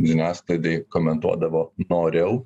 žiniasklaidai komentuodavo noriau